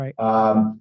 Right